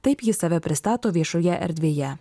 taip jis save pristato viešoje erdvėje